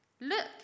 look